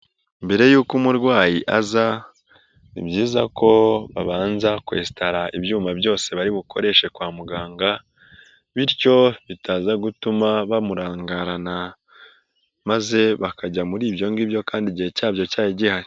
Mbere y'uko umurwayi aza ni byiza ko babanza kwesitara ibyuma byose baribukoreshe kwa muganga bityo bitaza gutuma bamurangarana, maze bakajya muri ibyo ngibyo kandi igihe cyabyo cyari gihari.